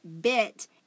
bit